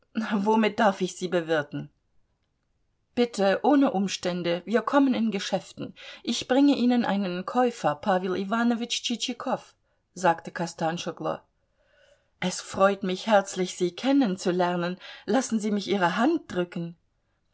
womit darf ich sie bewirten bitte ohne umstände wir kommen in geschäften ich bringe ihnen einen käufer pawel iwanowitsch tschitschikow sagte kostanschoglo es freut mich herzlich sie kennenzulernen lassen sie mich ihre hand drücken